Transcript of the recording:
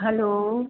hello